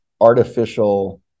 artificial